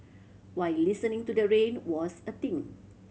while listening to the rain was a thing